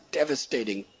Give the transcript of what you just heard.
devastating